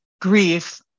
grief